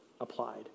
applied